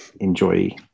enjoy